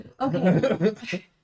Okay